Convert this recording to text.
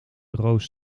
roos